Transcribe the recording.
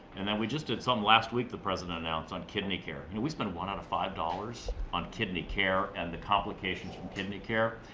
and then, we just did something last week the president announced on kidney care. you know, we spend one out of five dollars on kidney care and the complications from kidney care.